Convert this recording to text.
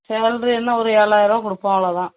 salary என்ன ஒரு ஏழாயிரருவா கொடுப்போம் அவ்ளோ தான்